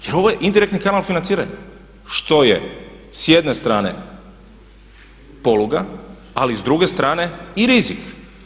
Jel ovo je indirektni kanal financiranja što je s jedne strane poluga ali s druge strane i rizik.